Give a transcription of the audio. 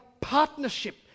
partnership